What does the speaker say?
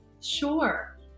Sure